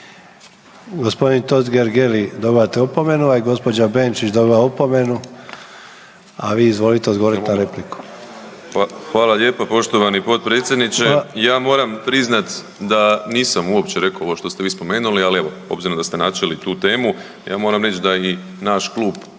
g. Totgergeli dobivate opomenu, a i gđa. Benčić dobiva opomenu, a vi izvolite odgovorit na repliku. **Habijan, Damir (HDZ)** Hvala lijepo poštovani potpredsjedniče. Ja moram priznat da nisam uopće reko ovo što ste vi spomenuli, ali evo obzirom da ste načeli tu temu, ja moram reć da i naš klub